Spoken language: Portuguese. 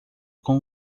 com